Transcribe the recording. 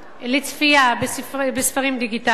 לצפייה בספרים דיגיטליים,